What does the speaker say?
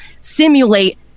simulate